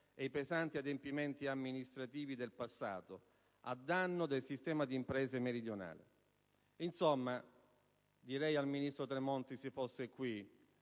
e i pesanti adempimenti amministrativi del passato, a danno del sistema di imprese meridionale. Insomma, direi al ministro Tremonti, se fosse qui,